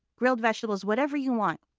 grilled vegetables. whatever you want,